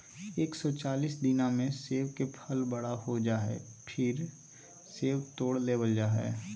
एक सौ चालीस दिना मे सेब के फल बड़ा हो जा हय, फेर सेब तोड़ लेबल जा हय